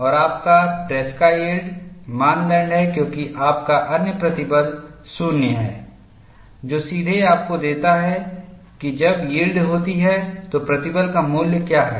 और आपका ट्रेसका यील्ड मानदंड है क्योंकि आपका अन्य प्रतिबल 0 है जो सीधे आपको देता है कि जब यील्ड होती है तो प्रतिबल का मूल्य क्या है